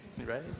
right